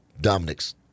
Dominic's